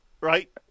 Right